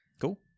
Cool